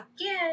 again